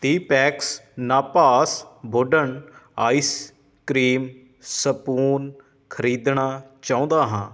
ਤੀਹ ਪੈਕਸ ਨਾਭਾਸ wooden ice cream spoon ਖ਼ਰੀਦਣਾ ਚਾਹੁੰਦਾ ਹਾਂ